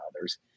others